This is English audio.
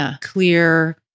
clear